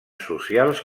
socials